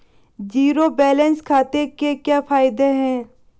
Zero balance खाते के क्या फायदे हैं?